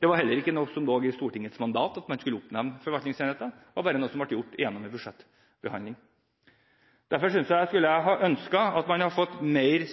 det var heller ikke noe som lå i Stortingets mandat, at man skulle oppnevne forvaltningsenheter. Det var bare noe som ble gjort i en budsjettbehandling. Derfor skulle jeg ønske at man hadde fått en mer